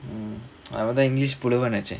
um அவன்தா:avanthaa english புலவன் ஆச்சே:pulavan aachae